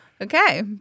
Okay